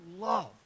love